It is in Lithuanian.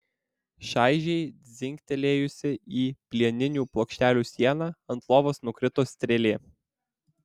šaižiai dzingtelėjusi į plieninių plokštelių sieną ant lovos nukrito strėlė